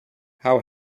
how